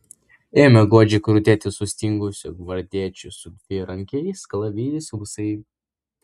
ėmė godžiai krutėti sustingusių gvardiečių su dvirankiais kalavijais ūsai